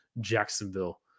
Jacksonville